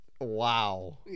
Wow